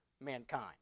mankind